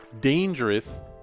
dangerous